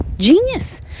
genius